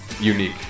Unique